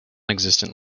existent